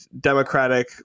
democratic